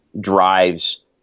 drives